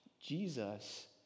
jesus